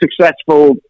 successful